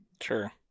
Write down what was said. Sure